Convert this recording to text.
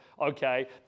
okay